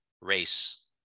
race